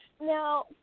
Now